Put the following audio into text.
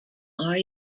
are